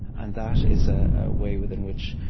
and that is a way within which,